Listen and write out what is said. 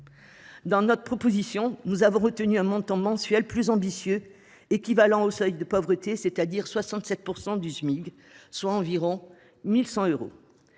Dans notre proposition, nous avons retenu un montant mensuel plus ambitieux, équivalent au seuil de pauvreté, c’est à dire à 67 % du Smic, soit environ 1 100 euros.